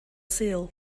sul